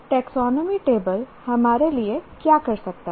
taxonomy table हमारे लिए क्या कर सकता है